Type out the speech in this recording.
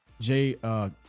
Jay